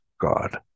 God